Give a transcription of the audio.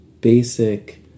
basic